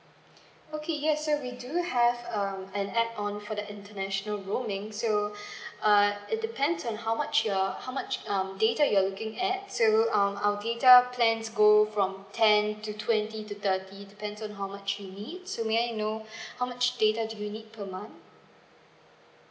okay yes so we do have um an add on for the international roaming so uh it depends on how much your how much um data that you're looking at so um our data plans go from ten to twenty to thirty depends on how much you need so may I know how much data do you need per month